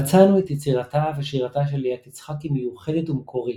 ״מצאנו את יצירתה ושירתה של ליאת יצחקי מיוחדת ומקורית,